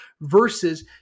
versus